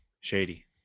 Shady